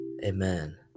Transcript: Amen